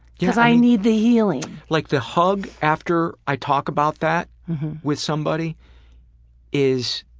cause i need the healing. like the hug after i talk about that with somebody is.